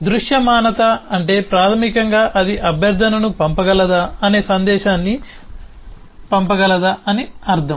దృశ్యమానత అంటే ప్రాథమికంగా అది అభ్యర్థనను పంపగలదా అని సందేశాన్ని పంపగలదా అని అర్థం